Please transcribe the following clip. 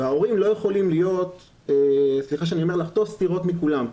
וההורים לא יכולים לחטוף סטירות מכולם.